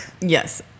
Yes